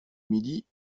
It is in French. midi